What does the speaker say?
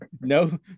No